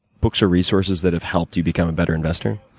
books or resources that have helped you become a better investor?